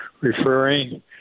referring